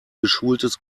geschultes